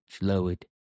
lowered